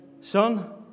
Son